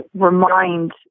remind